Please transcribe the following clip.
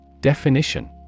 Definition